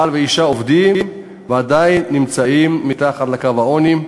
בעל ואישה עובדים, עדיין נמצאים מתחת לקו העוני.